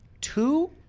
two